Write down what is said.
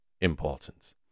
important